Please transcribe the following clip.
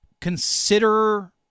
consider –